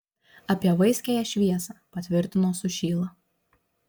apie vaiskiąją šviesą patvirtino sušyla